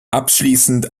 abschließend